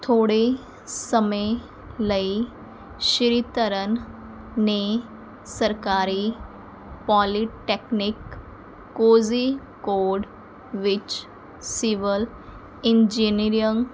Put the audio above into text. ਥੋੜ੍ਹੇ ਸਮੇਂ ਲਈ ਸ਼੍ਰੀ ਤਰਨ ਨੇ ਸਰਕਾਰੀ ਪੋਲੀਟੈਕਨਿਕ ਕੋਜ਼ੀਕੋਰਡ ਵਿੱਚ ਸਿਵਲ ਇੰਜੀਨੀਅਰਿੰਗ